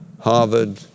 Harvard